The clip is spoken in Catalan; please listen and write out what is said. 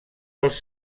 els